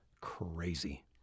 crazy